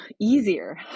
easier